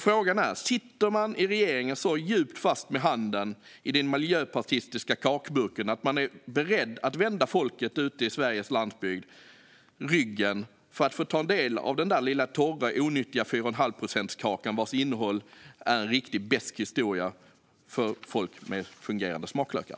Frågan är därför: Sitter man i regeringen så djupt fast med handen i den miljöpartistiska kakburken att man är beredd att vända folket ute i Sveriges landsbygd ryggen för att få ta del av den där torra och onyttiga fyraochenhalvprocentskakan vars innehåll är en riktigt besk historia för folk med fungerande smaklökar?